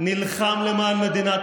בנצי